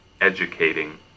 educating